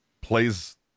plays